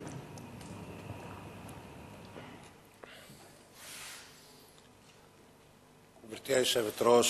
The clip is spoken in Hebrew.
גברתי היושבת-ראש,